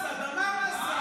כל הזמן?